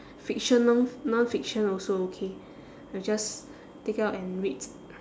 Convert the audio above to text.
fiction non~ nonfiction also okay will just take out and read